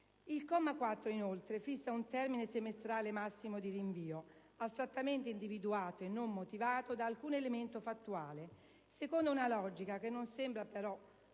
Il comma 4, inoltre, fissa un termine semestrale massimo di rinvio, astrattamente individuato e non motivato da alcun elemento fattuale, secondo una logica che non sembra però